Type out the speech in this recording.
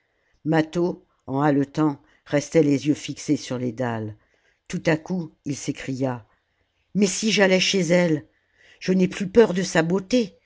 mâtho en haletant restait les jeux fixés sur les dalles tout à coup h s'écria mais si j'allais chez elle je n'ai plus peur de sa beauté